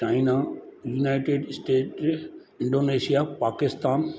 China United State Indonesia Pakistan